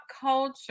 culture